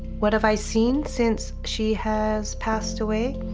what have i seen since she has passed away?